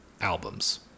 albums